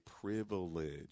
privilege